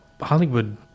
Hollywood